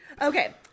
Okay